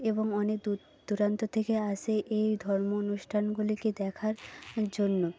এবং অনেক দূর দূরান্ত থেকে আসে এই ধর্ম অনুষ্ঠানগুলিকে দেখার জন্য